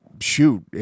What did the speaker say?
shoot